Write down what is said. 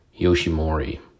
Yoshimori